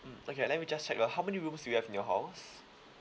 mm okay let me just check ah how many rooms do you have in your house